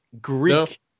Greek